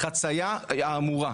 החציה האמורה,